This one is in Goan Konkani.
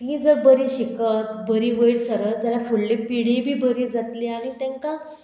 तीं जर बरीं शिकत बरीं वयर सरत जाल्यार फुडली पिढी बी बरी जातली आनी तेंकां